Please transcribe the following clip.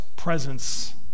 presence